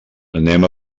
anem